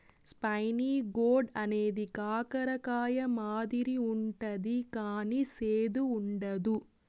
spiny gourd అనేది కాకర కాయ మాదిరి ఉంటది కానీ సేదు ఉండదు